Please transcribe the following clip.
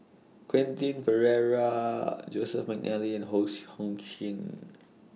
Quentin Pereira Joseph Mcnally and Hose Hong Sing